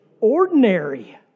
ordinary